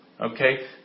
Okay